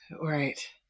Right